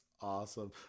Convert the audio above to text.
awesome